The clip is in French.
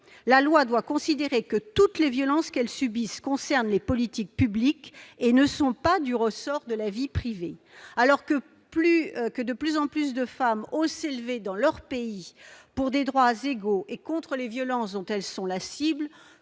La loi doit considérer que toutes les violences qu'elles subissent concernent les politiques publiques et ne sont pas du ressort de la vie privée. Alors que de plus en plus de femmes osent s'exprimer, dans leur pays, pour l'égalité des droits et contre les violences dont elles sont la cible,